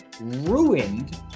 ruined